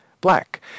black